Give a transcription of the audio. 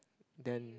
then